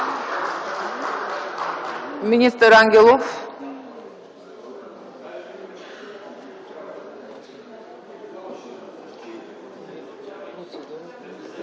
Министър Ангелов.